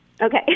Okay